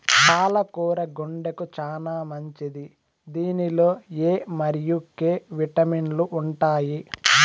పాల కూర గుండెకు చానా మంచిది దీనిలో ఎ మరియు కే విటమిన్లు ఉంటాయి